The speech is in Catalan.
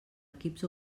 equips